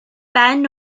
ben